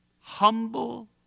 humble